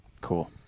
Cool